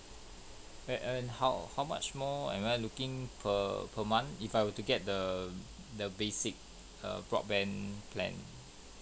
and and how how much more am I looking per per month if I were to get the the basic err broadband plan